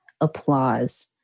applause